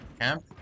Camp